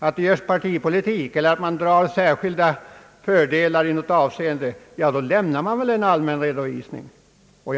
att det görs partipolitik eller att man i något avseende tillskansar sig särskilda fördelar, då lämnar man väl en redovisning, en allmän information.